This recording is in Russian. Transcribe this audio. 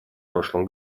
прошлом